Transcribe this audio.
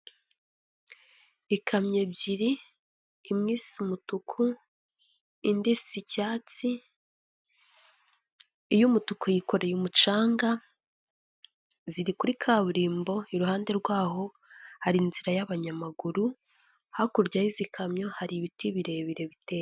Ikamyo ebyiri imwe isa umutuku indi isa icyatsi iy'umutuku yikoreye umucanga, ziri kuri kaburimbo iruhande rwaho hari inzira y'abanyamaguru, hakurya y'izi kamyo hari ibiti birebire biteye.